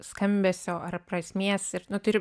skambesio ar prasmės ir nu turi